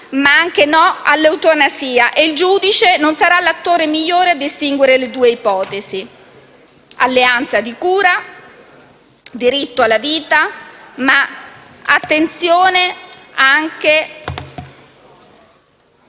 anche all'eutanasia e il giudice non sarà l'attore migliore a distinguere tra le due ipotesi. Alleanza di cura, diritto alla vita, ma attenzione anche